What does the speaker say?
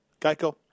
Geico